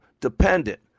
dependent